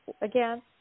again